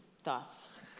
thoughts